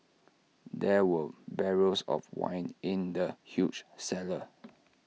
there were barrels of wine in the huge cellar